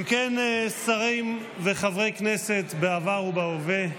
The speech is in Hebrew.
אם כן, שרים וחברי כנסת בעבר ובהווה,